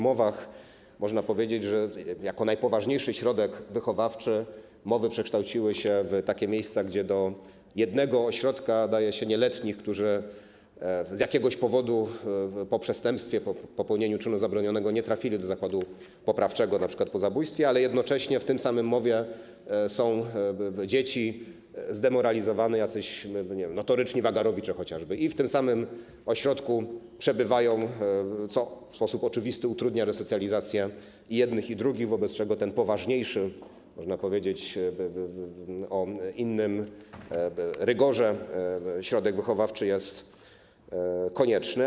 Można powiedzieć, że MOW-y jako najpoważniejszy środek wychowawczy przekształciły się w takie miejsca, gdzie do jednego ośrodka kieruje się nieletnich, którzy z jakiegoś powodu po przestępstwie, po popełnieniu czynu zabronionego nie trafili do zakładu poprawczego, np. po zabójstwie, ale jednocześnie w tym samym MOW-ie są dzieci zdemoralizowane, chociażby jacyś notoryczni wagarowicze, i przebywają w tym samym ośrodku, co w sposób oczywisty utrudnia resocjalizację i jednych, i drugich, wobec czego ten poważniejszy, można powiedzieć o innym rygorze, środek wychowawczy jest konieczny.